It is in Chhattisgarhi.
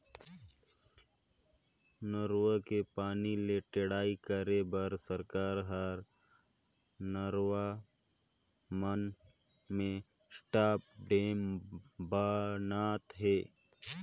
नरूवा के पानी ले टेड़ई करे बर सरकार हर नरवा मन में स्टॉप डेम ब नात हे